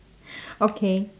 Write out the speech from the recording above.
okay